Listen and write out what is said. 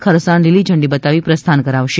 ખરસાણ લીલીઝંડી બતાવી પ્રસ્થાન કરાવશે